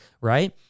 right